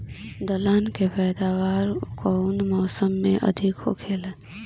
दलहन के पैदावार कउन मौसम में अधिक होखेला?